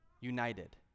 united